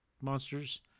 Monsters